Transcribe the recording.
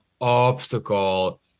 obstacle